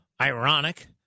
ironic